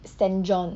saint john